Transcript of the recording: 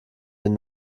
den